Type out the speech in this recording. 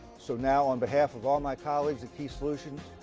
so now, on behalf of all my colleagues at key solutions,